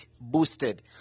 boosted